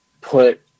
put